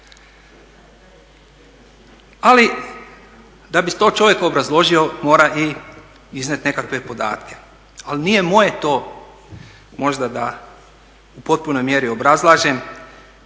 Ali da bi to čovjek obrazložio mora i iznijeti nekakve podatke, ali nije moje to možda da u potpunoj mjeri obrazlažem.